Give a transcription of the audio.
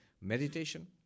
meditation